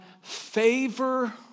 favor